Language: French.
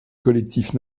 collectif